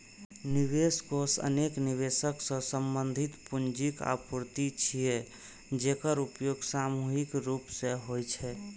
निवेश कोष अनेक निवेशक सं संबंधित पूंजीक आपूर्ति छियै, जेकर उपयोग सामूहिक रूप सं होइ छै